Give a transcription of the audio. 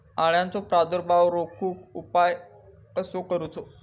अळ्यांचो प्रादुर्भाव रोखुक उपाय कसो करूचो?